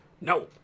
no